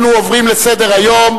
אנחנו עוברים לסדר-היום,